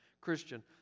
Christian